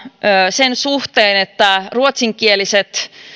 sen suhteen että ruotsinkieliset